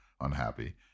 unhappy